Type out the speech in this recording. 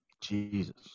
Jesus